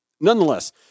Nonetheless